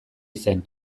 zen